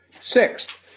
Sixth